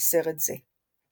בסרט זה.